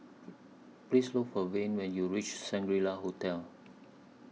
Please Look For Layne when YOU REACH Shangri La Hotel